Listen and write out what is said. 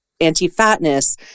anti-fatness